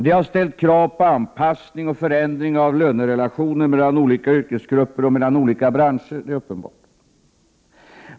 Det har ställt krav på anpassning och förändring av lönerelationer mellan olika yrkesgrupper och olika branscher — det är uppenbart.